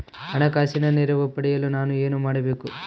ಹಣಕಾಸಿನ ನೆರವು ಪಡೆಯಲು ನಾನು ಏನು ಮಾಡಬೇಕು?